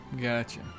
gotcha